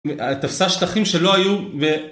תפסה שטחים שלא היו ו...